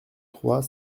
trois